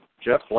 Jeff